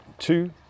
Two